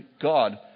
God